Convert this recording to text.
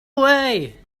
way